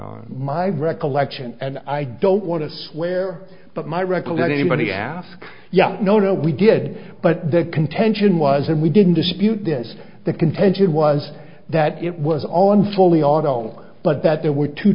on my recollection and i don't want to swear but my recollection anybody ask yes no no we did but the contention was and we didn't dispute this the contention was that it was on foley auto but that there were two